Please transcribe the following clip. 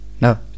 No